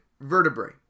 vertebrae